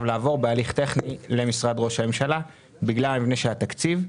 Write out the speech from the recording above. לעבור בהליך טכני למשרד ראש הממשלה בגלל מבנה התקציב.